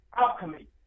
alchemy